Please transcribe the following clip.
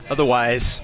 Otherwise